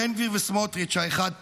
בן גביר וסמוטריץ' האחד פח,